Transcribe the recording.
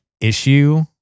issue